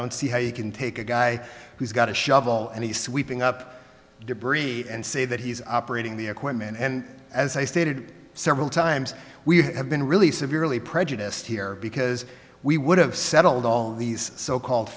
don't see how you can take a guy who's got a shovel and he sweeping up debris and say that he's operating the equipment and as i stated several times we have been really severely prejudiced here because we would have settled all these so called